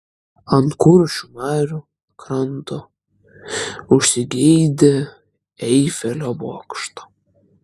ant kuršių marių kranto užsigeidė eifelio bokšto